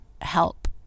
help